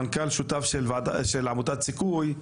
מנכ"ל שותף של עמותת "סיכוי",